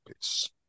Peace